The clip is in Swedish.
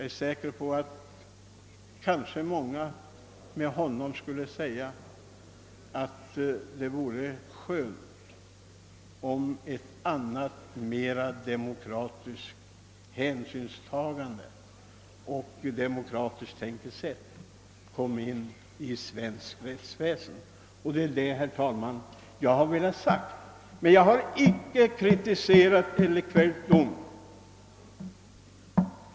Kanske skulle han med många i så fall säga, att det vore skönt om ett annat, mera demokratiskt hänsynstagande och tänkesätt kom in i svenskt rättsväsen. Det är detta, herr talman, jag har velat hävda, men jag har icke kväljt dom.